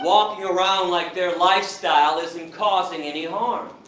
walking around like their lifestyle isn't causing any harm,